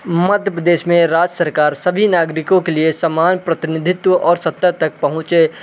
मध्य प्रदेश में राज्य सरकार सभी नागरिकों के लिए समान प्रतिनिधित्व और सत्ता तक पहुँचे